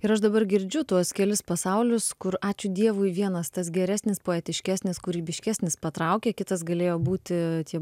ir aš dabar girdžiu tuos kelis pasaulius kur ačiū dievui vienas tas geresnis poetiškesnis kūrybiškesnis patraukė kitas galėjo būti tie